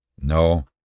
No